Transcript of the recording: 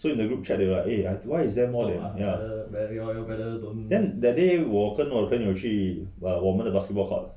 so in the group chat they are like eh why is there more than then that day 我的我朋友去 like 我们的 basketball court